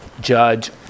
judge